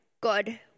God